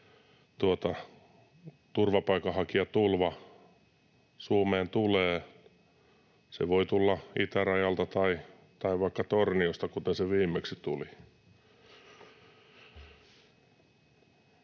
turvapaikanhakijatulva Suomeen tulee. Se voi tulla itärajalta tai vaikka Torniosta, kuten se viimeksi tuli.